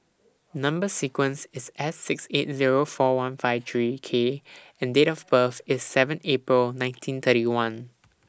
Number sequence IS S six eight Zero four one five three K and Date of birth IS seven April nineteen thirty one